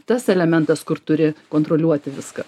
tas elementas kur turi kontroliuoti viską